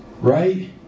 right